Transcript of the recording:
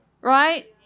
Right